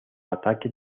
ataque